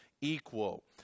equal